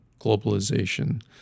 globalization